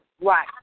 Right